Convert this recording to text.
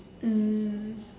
mm